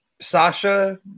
Sasha